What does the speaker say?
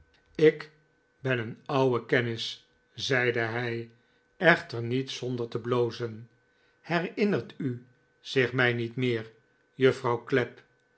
ik ben een ouwe kennis zeide hij echter niet zonder te blozen herinnert u zich mij niet meer juffrouw clapp